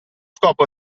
scopo